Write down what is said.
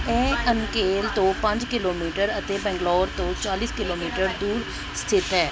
ਇਹ ਅਨੇਕਲ ਤੋਂ ਪੰਜ ਕਿਲੋਮੀਟਰ ਅਤੇ ਬੰਗਲੌਰ ਤੋਂ ਚਾਲੀ ਕਿਲੋਮੀਟਰ ਦੂਰ ਸਥਿਤ ਹੈ